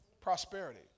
Prosperity